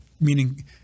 meaning